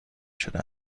شده